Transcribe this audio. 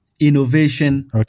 innovation